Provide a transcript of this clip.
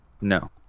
No